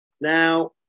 Now